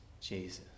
Jesus